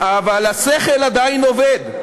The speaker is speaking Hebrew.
אבל השכל עדיין עובד.